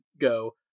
go